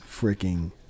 freaking